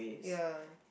ya